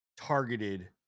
targeted